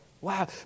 wow